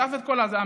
אסף את כל המשפחות: